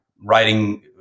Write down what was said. writing